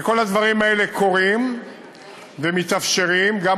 וכל הדברים האלה קורים ומתאפשרים גם